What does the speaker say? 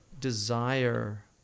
desire